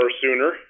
sooner